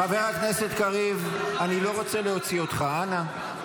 חבר הכנסת קריב, אני לא רוצה להוציא אותך, אנא.